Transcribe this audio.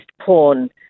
porn